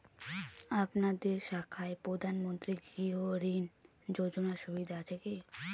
আপনাদের শাখায় প্রধানমন্ত্রী গৃহ ঋণ যোজনার সুবিধা আছে কি?